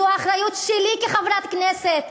זו האחריות שלי כחברת כנסת,